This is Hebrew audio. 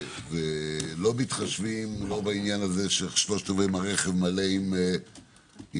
לא מתחשבים לא בעניין אם הרכב מלא עם כבלים.